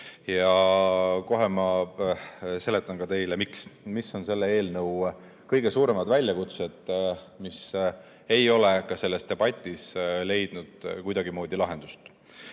oma. Kohe ma seletan teile, miks, mis on selle eelnõu kõige suuremad väljakutsed, mis ei ole ka selles debatis leidnud kuidagimoodi lahendust. Esimene